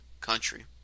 country